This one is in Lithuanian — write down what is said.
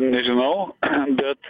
nežinau bet